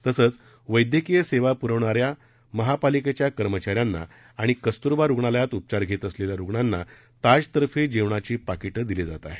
तसंच वैद्यकीय सेवा पुरवणाऱ्या महापालिकेच्या कर्मचाऱ्यांना आणि कस्तुरबा रुग्णालयात उपचार घेत असलेल्या रुग्णांना ताजतर्फे जेवणाची पाकिटं दिली जात आहेत